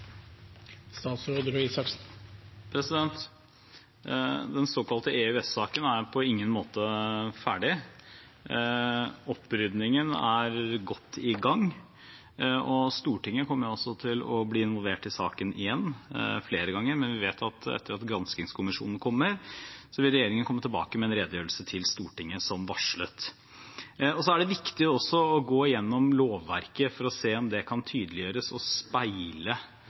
på ingen måte ferdig. Oppryddingen er godt i gang, og Stortinget kommer til å bli involvert i saken igjen – flere ganger. Vi vet at etter at granskingskommisjonen kommer, vil regjeringen komme tilbake med en redegjørelse til Stortinget, som varslet. Så er det viktig også å gå gjennom lovverket for å se om det kan tydeliggjøres og speile